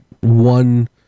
one